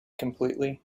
completely